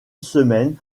semaine